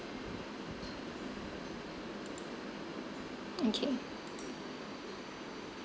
okay